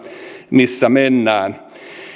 missä mennään